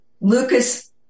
Lucas